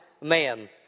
man